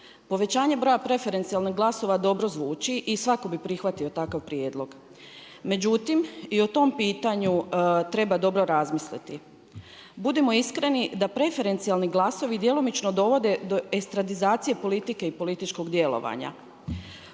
povećanje broja preferencijalnih glasova dobro zvuči i svatko bi prihvatio takav prijedlog. Međutim i o tom pitanju treba dobro razmisliti. Budimo iskreni da preferencijalni glasovi djelomično dovode do estradizacije politike i političkog djelovanja.